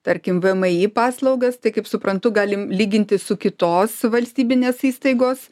tarkim vmi paslaugas tai kaip suprantu galim lyginti su kitos valstybinės įstaigos